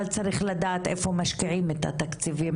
אבל צריך לדעת איפה משקיעים את התקציבים